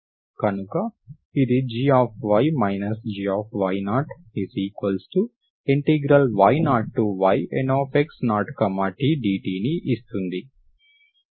కనుక ఇది gy gy0y0yNx0t dt ని ఇస్తుంది